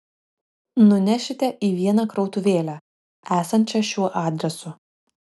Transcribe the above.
nunešite į vieną krautuvėlę esančią šiuo adresu